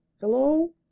Hello